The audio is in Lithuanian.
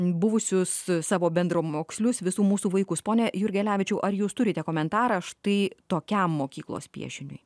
buvusius savo bendramokslius visų mūsų vaikus pone jurgelevičiau ar jūs turite komentarą štai tokiam mokyklos piešiniui